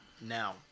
Now